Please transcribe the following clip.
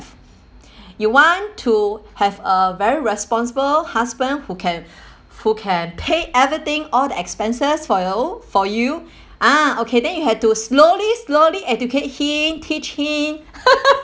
you want to have a very responsible husband who can who can pay everything all the expenses for you for you ah okay then you had to slowly slowly educate him teach him